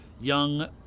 young